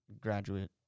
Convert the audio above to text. Graduate